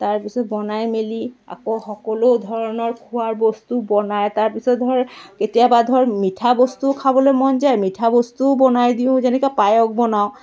তাৰপিছত বনাই মেলি আকৌ সকলো ধৰণৰ খোৱাৰ বস্তু বনায় তাৰপিছত ধৰ কেতিয়াবা ধৰ মিঠা বস্তুও খাবলৈ মন যায় মিঠা বস্তুও বনাই দিওঁ যেনেকৈ পায়স বনাওঁ